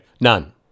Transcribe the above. none